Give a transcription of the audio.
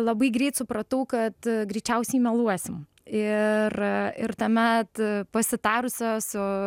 labai greit supratau kad greičiausiai meluosim ir ir tuomet pasitarusios su